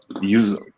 use